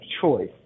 choice